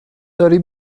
داری